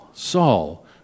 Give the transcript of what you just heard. Saul